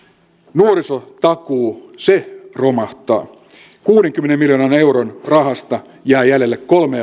nuorisotakuu se romahtaa kuudenkymmenen miljoonan euron rahasta jää jäljelle kolme